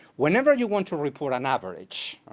whenever you want to report an average,